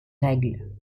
règles